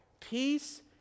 Peace